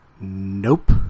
Nope